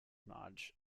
marge